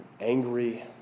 angry